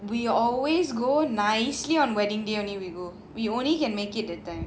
we always go nicely on wedding day only we go we only can make it that time